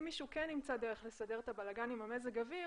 אם מישהו כן ימצא דרך לסדר את הבלגן עם מזג האוויר